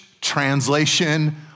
translation